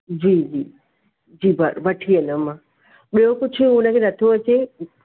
जी जी जी व वठी वेंदम मां ॿियो कुझु हुनखे न थो अचे